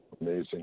Amazing